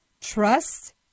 trust